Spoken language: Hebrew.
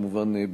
כמובן,